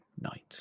night